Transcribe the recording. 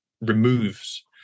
removes